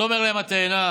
ותאמר להם התאנה